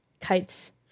Kite's